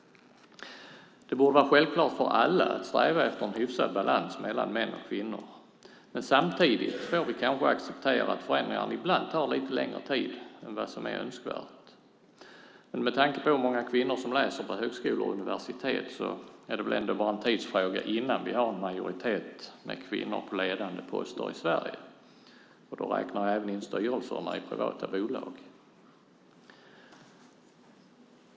Det borde vara självklart för alla att sträva efter en hyfsad balans mellan män och kvinnor, men samtidigt får vi kanske också acceptera att förändringar ibland tar lite längre tid än vad som är önskvärt. Med tanke på hur många kvinnor som läser på högskolor och universitet är det väl ändå bara en tidsfråga innan vi har en majoritet av kvinnor på ledande poster i Sverige, och då räknar jag in även styrelserna i privata bolag.